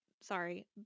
Sorry